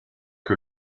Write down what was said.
que